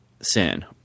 sin